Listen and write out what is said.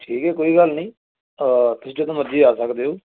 ਠੀਕ ਹੈ ਕੋਈ ਗੱਲ ਨਹੀਂ ਤੁਸੀਂ ਜਦੋਂ ਮਰਜ਼ੀ ਆ ਸਕਦੇ ਹੋ